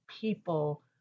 people